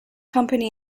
company